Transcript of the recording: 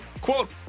Quote